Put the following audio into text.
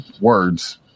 words